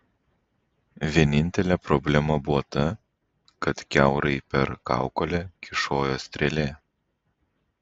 vienintelė problema buvo ta kad kiaurai per kaukolę kyšojo strėlė